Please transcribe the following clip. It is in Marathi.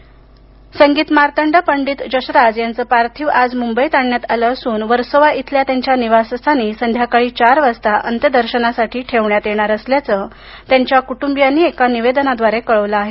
पंडित जसराज संगीतमार्तंड पंडित जसराज यांचं पार्थिव आज मुंबईत आणण्यात आलं असून वर्सोवा इथल्या त्यांच्या निवासस्थानी संध्याकाळी चार वाजता अंत्यदर्शनासाठी ठेवण्यात येणार असल्याचं त्यांच्या कुटुंबीयांनी एका निवेदनाद्वारे कळवलं आहे